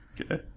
Okay